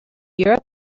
europe